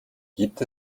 gibt